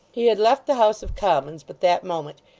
he had left the house of commons but that moment,